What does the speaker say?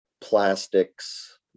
plastics